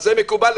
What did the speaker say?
זה מקובל,